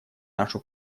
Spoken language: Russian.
нашу